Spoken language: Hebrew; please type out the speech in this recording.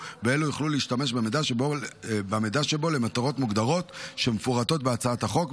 ואלה יוכלו להשתמש במידע שבו למטרות מוגדרות שמפורטות בהצעת החוק,